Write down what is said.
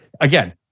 again